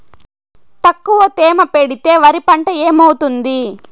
తక్కువ తేమ పెడితే వరి పంట ఏమవుతుంది